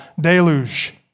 deluge